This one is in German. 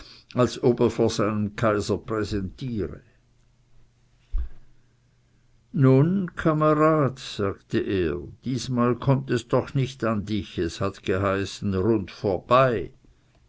als ob er vor seinem kaiser präsentiere nun kamerad sagte er diesmal kömmt es noch nicht an dich es hat geheißen rund vorbei